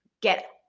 get